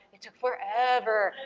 it took forever.